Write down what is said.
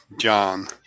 John